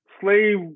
Slave